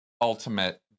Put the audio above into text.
ultimate